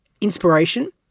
inspiration